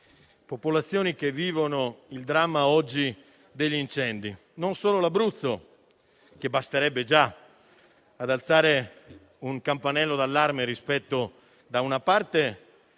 popolazioni che vivono oggi il dramma degli incendi. Non è solo l'Abruzzo, che già basterebbe ad alzare un campanello d'allarme rispetto, da una parte,